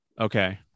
Okay